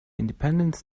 independence